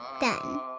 done